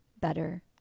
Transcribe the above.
better